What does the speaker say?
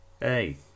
Hey